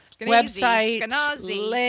website